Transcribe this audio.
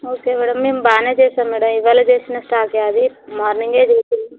okay madam మేము బాగానే చేసాము మేడం ఈవేళ చేసిన స్టాక్ ఏ అది మార్నింగే చేసింది